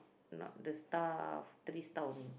not the star of three star only